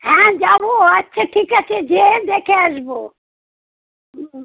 হ্যাঁ যাবো আচ্ছা ঠিক আছে যেয়ে দেখে আসবো হুম